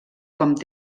com